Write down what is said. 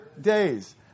days